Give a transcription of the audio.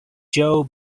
joe